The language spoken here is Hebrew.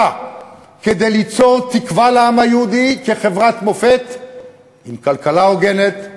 כדי ליצור תקווה לעם היהודי כחברת מופת עם כלכלה הוגנת,